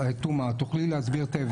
תומא, את תוכלי להסביר את ההבדל?